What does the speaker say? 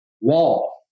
wall